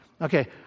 Okay